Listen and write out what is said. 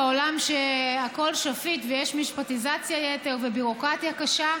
בעולם שהכול שפיט ויש משפטיזציית-יתר וביורוקרטיה קשה,